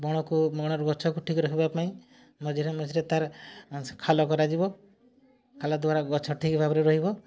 ବଣକୁ ବଣରୁ ଗଛକୁ ଠିକ୍ ରହିବା ପାଇଁ ମଝିରେ ମଝିରେ ତାର ଖାଲ କରାଯିବ ଖାଲା ଦ୍ୱାରା ଗଛ ଠିକ୍ ଭାବରେ ରହିବ